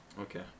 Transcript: Okay